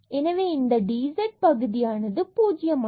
எனவே இந்த dz பகுதியானது பூஜ்யம் ஆகிறது